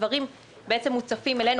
הדברים מוצפים אלינו,